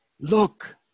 look